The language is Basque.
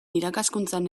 irakaskuntzan